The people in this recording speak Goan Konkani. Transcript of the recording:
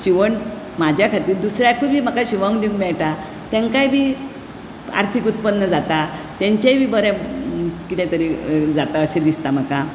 शिवण म्हाज्या खातीर दुसऱ्यांकूय बी म्हाका शिवोंक दिवंक मेळटा तांकांय बी आर्थीक उत्पन्न जाता तांचेय बी बरें कितें तरी जाता अशें दिसता म्हाका